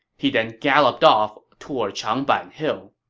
he then galloped off toward changban hill